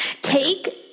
Take